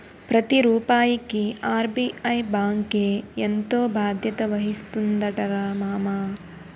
ప్రతి రూపాయికి ఆర్.బి.ఐ బాంకే ఎంతో బాధ్యత వహిస్తుందటరా మామా